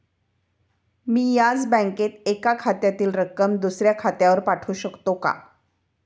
मी याच बँकेत एका खात्यातील रक्कम दुसऱ्या खात्यावर पाठवू शकते का?